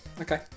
Okay